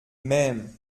mêmes